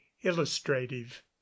illustrative